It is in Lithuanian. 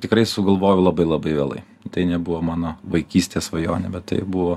tikrai sugalvojau labai labai vėlai tai nebuvo mano vaikystės svajonė bet tai buvo